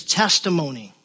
testimony